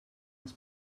els